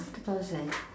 two thousand